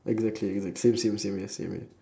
exactly exact~ same same yes same yeah